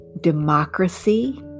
Democracy